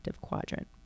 quadrant